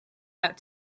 out